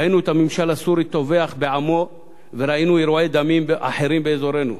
ראינו את הממשל הסורי טובח בעמו וראינו אירועי דמים אחרים באזורנו.